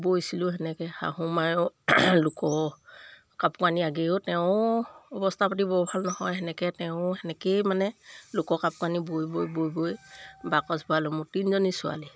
বৈছিলোঁ তেনেকৈ শাহুমায়েও লোক কাপোৰ কানি আগেও তেওঁ অৱস্থা পাতি বৰ ভাল নহয় তেনেকৈ তেওঁ তেনেকেই মানে লোক কাপোৰ কানি বৈ বৈ বৈ বৈ বাকচ বালো মোৰ তিনিজনী ছোৱালী